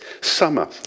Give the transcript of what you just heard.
summer